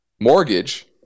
mortgage